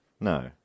No